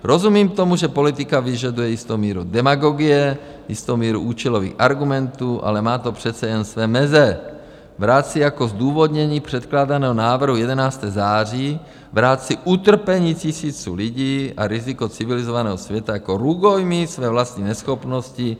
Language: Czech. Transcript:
Rozumím tomu, že politika vyžaduje jistou míru demagogie, jistou míru účelových argumentů, ale má to přece jen své meze brát si jako zdůvodnění předkládaného návrhu 11. září, brát si utrpení tisíců lidí a riziko civilizovaného světa jako rukojmí své vlastní neschopnosti.